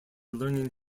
learning